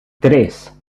tres